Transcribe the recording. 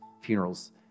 Funerals